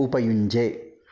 उपयुञ्जे